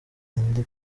indi